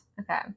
Okay